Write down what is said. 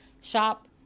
shop